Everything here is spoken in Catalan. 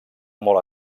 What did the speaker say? molt